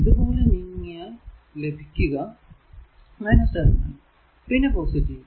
ഇത് പോലെ നീങ്ങിയാൽ ലഭിക്കുക ടെർമിനൽ പിന്നെ പോസിറ്റീവ്